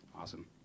awesome